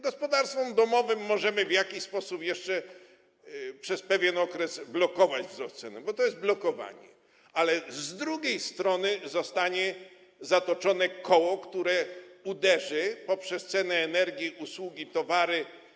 Gospodarstwom domowym możemy w jakiś sposób jeszcze przez pewien okres blokować wzrost ceny, bo to jest blokowanie, ale z drugiej strony zostanie zatoczone koło, które uderzy poprzez ceny energii, usługi, towary.